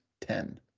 ten